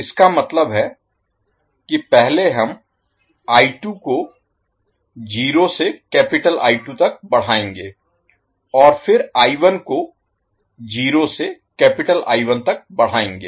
इसका मतलब है कि पहले हम को 0 से तक बढ़ाएँगे और फिर को 0 से तक बढ़ाएँगे